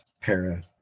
para